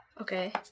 Okay